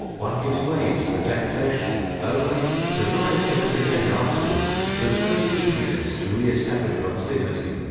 one gives way to the tempta tion, only to rise from it again, afterwards, with a great eagerness to reestablish one's dignity,